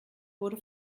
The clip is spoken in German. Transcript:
wurde